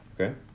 Okay